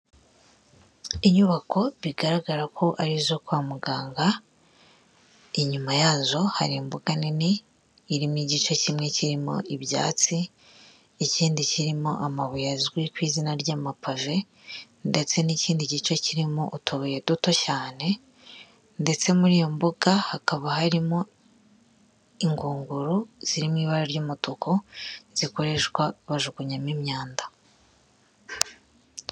Inyubako bigaragara ko ari izo kwa muganga, inyuma yazo hari imbuga nini irimo igice kimwe kirimo ibyatsi ikindi kirimo amabuye azwi ku izina ry'amapave ndetse n'ikindi gice kirimo utubuye duto cyane ndetse muri iyo mbuga hakaba harimo ingunguru zirimo ibara ry'umutuku zikoreshwa bajugunyamo imyanda.